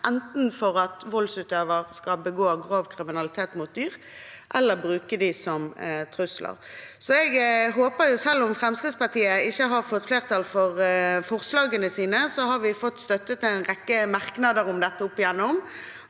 enten for at voldsutøver skal begå grov kriminalitet mot dyr eller bruke dem som trussel. Selv om Fremskrittspartiet ikke har fått flertall for forslagene sine, har vi fått støtte til en rekke merknader om dette opp gjennom.